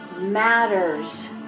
matters